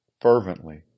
fervently